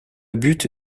but